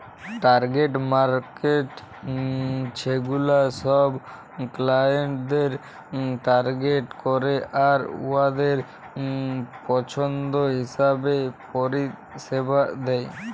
target markets ছেগুলা ছব ক্লায়েন্টদের টার্গেট ক্যরে আর উয়াদের পছল্দ হিঁছাবে পরিছেবা দেয়